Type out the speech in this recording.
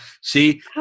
See